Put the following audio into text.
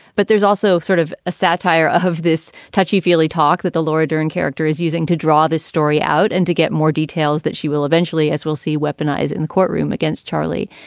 but there's also sort of a satire of this touchy feely talk that the laura dern character is using to draw this story out and to get more details that she will eventually, as we'll see, weaponise in a courtroom against charlie.